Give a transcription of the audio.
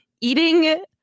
eating